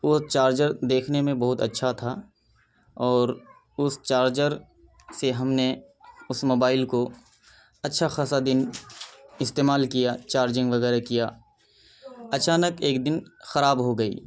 وہ چارجر دیکھنے میں بہت اچھا تھا اور اس چارجر سے ہم نے اس موبائل کو اچھا خاصا دن استعمال کیا چارجنگ وغیرہ کیا اچانک ایک دن خراب ہو گئی